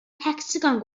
hecsagon